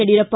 Yediyurappa